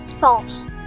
false